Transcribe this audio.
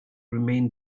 remain